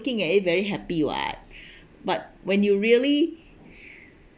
looking at it very happy [what] but when you really